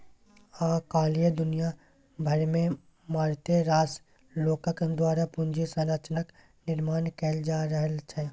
आय काल्हि दुनिया भरिमे मारिते रास लोकक द्वारा पूंजी संरचनाक निर्माण कैल जा रहल छै